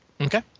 okay